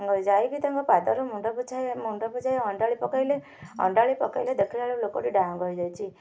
ଯାଇକି ତାଙ୍କର ପାଦରୁ ମୁଣ୍ଡ ପଛାଏ ମୁଣ୍ଡକୁ ଯାଇ ଅଣ୍ଡାଳି ପକାଇଲେ ଅଣ୍ଡାଳି ପକାଇଲେ ଦେଖିଲା ବେଳକୁ ଲୋକଟି ଡାହାଙ୍ଗ ହେଇଯାଇଛି